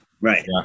Right